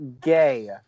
gay